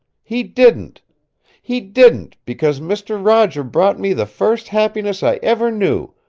he didn't he didn't because mister roger brought me the first happiness i ever knew,